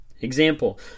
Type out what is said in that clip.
Example